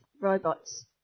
robots